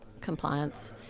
compliance